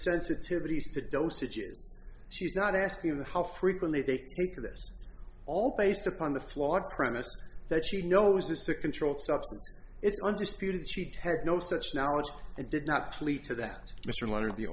sensitivities to dosages she's not asking the how frequently they do this all based upon the flawed premise that she knows this a controlled substance it's undisputed she heck no such knowledge and did not plead to that mr leonard the